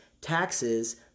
taxes